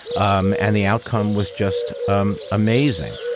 um and the outcome was just um amazing.